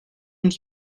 und